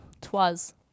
twas